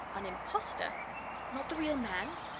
an impostor not the real man?